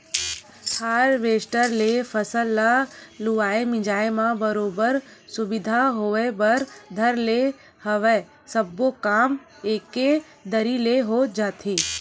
harvester ले फसल ल लुवाए मिंजाय म बरोबर सुबिधा होय बर धर ले हवय सब्बो काम एके दरी ले हो जाथे